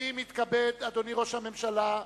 אדוני ראש הממשלה,